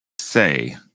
say